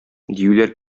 диюләр